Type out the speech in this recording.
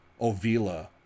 ovila